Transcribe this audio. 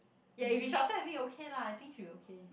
ya if he shorter than me okay lah I think should be okay